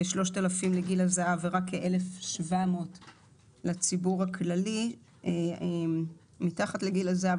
כ-3,000 לגיל הזהב ורק כ-1,700 לציבור הכללי מתחת לגיל הזהב.